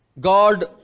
God